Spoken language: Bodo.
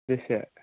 बेसे